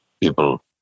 people